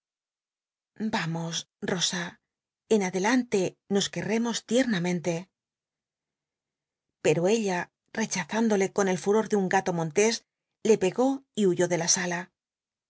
vamos rosa en adelante nos querremos ticmamente pero ella rechazándole con el furor de un gato montés le pegó y huyó de la sala